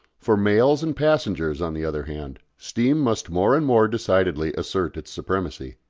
for mails and passengers, on the other hand, steam must more and more decidedly assert its supremacy.